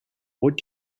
what